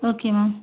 okay ma'am